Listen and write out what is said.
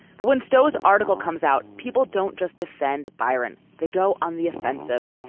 but when stow's article comes out, people don't just defend byron. they go on the offensive.